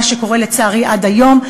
מה שקורה לצערי עד היום.